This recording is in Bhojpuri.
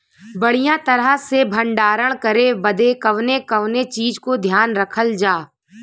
बढ़ियां तरह से भण्डारण करे बदे कवने कवने चीज़ को ध्यान रखल जा?